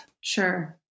Sure